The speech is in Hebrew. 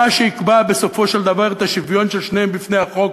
מה שיקבע בסופו של דבר את השוויון של שניהם בפני החוק,